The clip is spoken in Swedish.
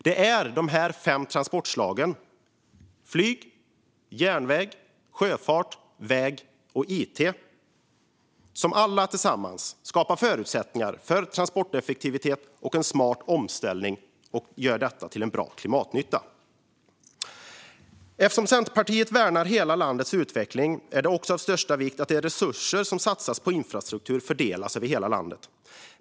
Det är de fem transportslagen flyg, järnväg, sjöfart, väg och it som alla tillsammans skapar förutsättningar för transporteffektivitet och en smart omställning och gör det till en bra klimatnytta. Eftersom Centerpartiet värnar hela landets utveckling är det också av största vikt att de resurser som satsas på infrastruktur fördelas över hela landet.